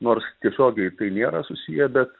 nors tiesiogiai tai nėra susiję bet